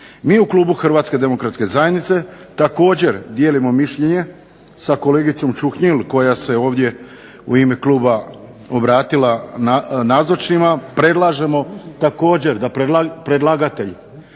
Mi u klubu Hrvatske demokratske zajednice također dijelimo mišljenje sa kolegicom Čuhnil koja se ovdje u ime kluba obratila nazočnima predlažemo također da predlagatelj